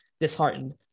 disheartened